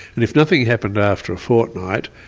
and if nothing happened after a fortnight,